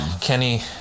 Kenny